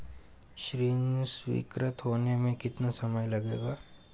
ऋण स्वीकृत होने में कितना समय लगेगा?